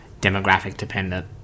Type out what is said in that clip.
demographic-dependent